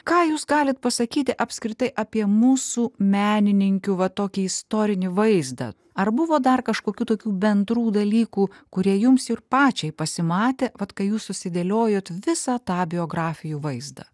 ką jūs galit pasakyti apskritai apie mūsų menininkių va tokį istorinį vaizdą ar buvo dar kažkokių tokių bendrų dalykų kurie jums ir pačiai pasimatė vat kai jūs susidėliojot visą tą biografijų vaizdą